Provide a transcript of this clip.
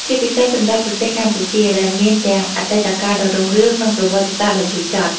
ជាពិសេសសម្រាប់ប្រទេសកម្ពុជា ដែលមានទាំងអតីតកាលដ៏រុងរឿង និងប្រវត្តិសាស្ត្រដ៏ជូរចត់។